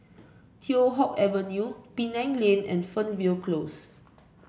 Teow Hock Avenue Penang Lane and Fernvale Close